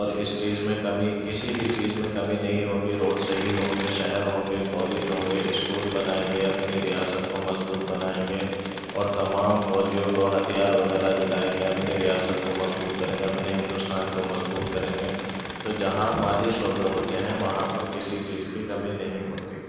اور اس چیز میں کمی کسی بھی چیز میں کمی نہیں ہوگی روڈ صحیح ہوں گے شہر ہوں گے کالج ہوں گے اسکول بنائیں گے اپنی ریاست کو مضبوط بنائیں گے اور تمام فوجیوں کو ہتھیار وغیرہ دلائیں گے اپنے ریاست کو مضبوط کریں گے اپنے ہندوستان کو مضبوط کریں گے تو جہاں مالی شعبے ہوتے ہیں وہاں پر کسی چیز کی کمی نہیں ہوتی